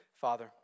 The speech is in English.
Father